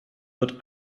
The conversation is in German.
wird